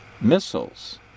missiles